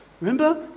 Remember